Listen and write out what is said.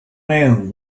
man